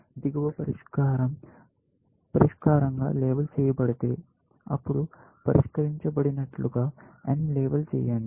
దిగువ పరిష్కారం పరిష్కారంగా లేబుల్ చేయబడితే అప్పుడు పరిష్కరించబడినట్లుగా n లేబుల్ చేయండి